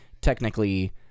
technically